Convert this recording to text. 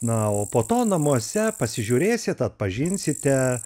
na o po to namuose pasižiūrėsit atpažinsite